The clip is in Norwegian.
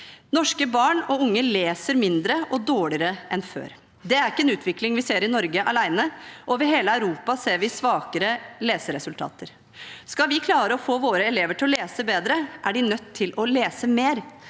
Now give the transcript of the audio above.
Norske barn og unge leser mindre og dårligere enn før. Det er ikke en utvikling vi ser i Norge alene. Over hele Europa ser vi svakere leseresultater. Skal vi klare å få våre elever til å lese bedre, er de nødt til å lese mer.